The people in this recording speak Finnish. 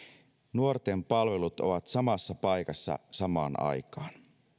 nuorten palvelut ovat samassa paikassa samaan aikaan